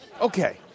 Okay